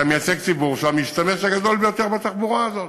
אתה מייצג ציבור שהוא המשתמש הגדול ביותר בתחבורה הזאת,